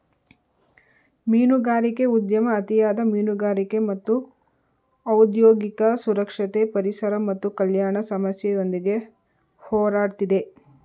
ಮೀನುಗಾರಿಕೆ ಉದ್ಯಮ ಅತಿಯಾದ ಮೀನುಗಾರಿಕೆ ಮತ್ತು ಔದ್ಯೋಗಿಕ ಸುರಕ್ಷತೆ ಪರಿಸರ ಮತ್ತು ಕಲ್ಯಾಣ ಸಮಸ್ಯೆಯೊಂದಿಗೆ ಹೋರಾಡ್ತಿದೆ